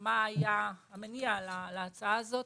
מה היה המניע להצעה הזאת.